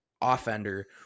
offender